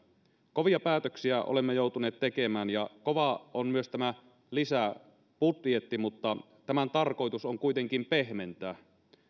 kovia päätöksiä olemme joutuneet tekemään ja kova on myös tämä lisäbudjetti mutta tämän tarkoitus on kuitenkin pehmentää